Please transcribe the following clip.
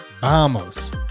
Vamos